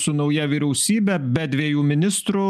su nauja vyriausybe be dviejų ministrų